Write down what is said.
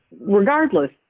regardless